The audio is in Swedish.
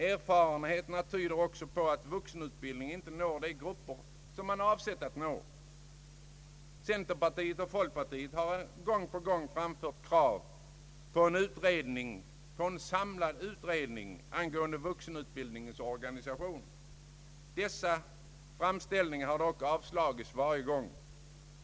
Erfarenheterna tyder också på att vuxenutbildningen inte når de grupper som man avsett att nå. Centerpartiet och folkpartiet har gång på gång framfört krav på en samlad utredning angående vuxenutbildningens organisation. Dessa framställningar har dock avslagits varje gång.